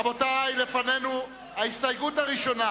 רבותי, ההסתייגות הראשונה